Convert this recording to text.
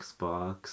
Xbox